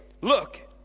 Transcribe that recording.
look